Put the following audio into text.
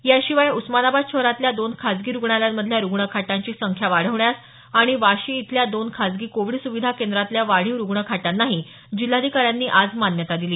याशिवाय उस्मानाबाद शहरातल्या दोन खासगी रुग्णालयांमधल्या रुग्णखाटांची संख्या वाढवण्यास आणि वाशी इथल्या दोन खाजगी कोविड सुविधा केंद्रातल्या वाढीव रुग्णखाटांनाही जिल्हाधिकाऱ्यांनी आज मान्यता दिली